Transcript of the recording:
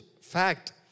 fact